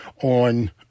on